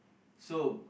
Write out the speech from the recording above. so